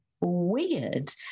weird